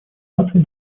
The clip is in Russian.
наций